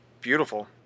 beautiful